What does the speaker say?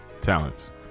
talents